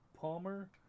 Palmer